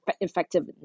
effective